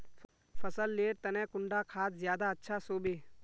फसल लेर तने कुंडा खाद ज्यादा अच्छा सोबे?